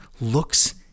looks